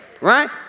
right